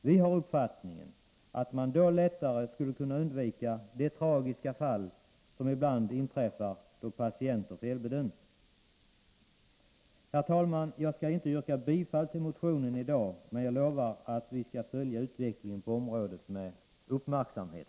Vi här den uppfattningen att man då lättare skulle kunna undvika de tragiska fall som ibland inträffar då patienter felbedöms. Herr talman! Jag skall inte yrka bifall till motionen i dag men lovar att följa utvecklingen på området med uppmärksamhet.